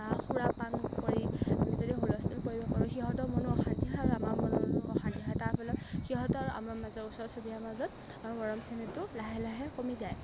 বা সুৰাপান কৰি আমি যদি হুলস্থুল পৰিৱেশ কৰোঁ সিহঁতৰ মনত অশান্তি হয় আৰু আমাৰ মনতো অশান্তি হয় তাৰ ফলত সিহঁতৰ আৰু আমাৰ মাজত ওচৰ চুুবুৰীয়াৰ মাজত মৰম চেনেহটো লাহে লাহে কমি যায়